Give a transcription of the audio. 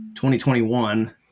2021